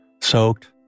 soaked